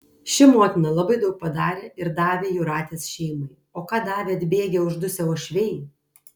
ši motina labai daug padarė ir davė jūratės šeimai o ką davė atbėgę uždusę uošviai